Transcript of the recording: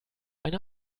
eine